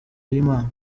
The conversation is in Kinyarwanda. y’imana